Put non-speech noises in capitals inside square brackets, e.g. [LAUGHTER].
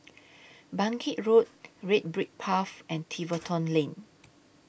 Bangkit Road Red Brick Path and Tiverton [NOISE] Lane